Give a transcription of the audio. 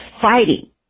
fighting